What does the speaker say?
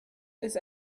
ist